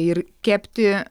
ir kepti